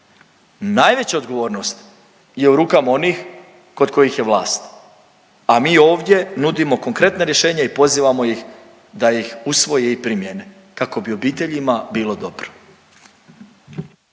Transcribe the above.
Najveća odgovornost je u rukama onih kod kojih je vlast, a mi ovdje nudimo konkretna rješenja i pozivamo ih da ih usvoje i primjene kako bi obiteljima bilo dobro.